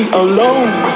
alone